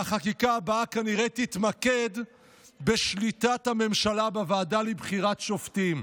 והחקיקה הבאה כנראה תתמקד בשליטת הממשלה בוועדה לבחירת שופטים.